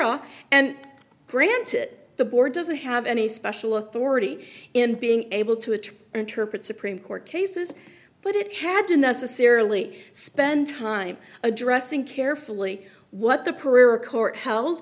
a and granted the board doesn't have any special authority in being able to interpret supreme court cases but it had to necessarily spend time addressing carefully what the poor court h